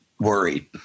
Worried